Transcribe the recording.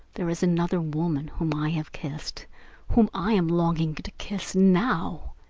there is another woman whom i have kissed whom i am longing to kiss now.